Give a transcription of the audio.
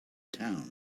town